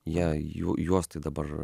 jie jų juos tai dabar